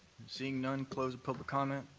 seeing none, close the public comment.